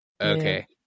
okay